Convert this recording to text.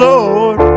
Lord